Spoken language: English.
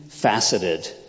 Faceted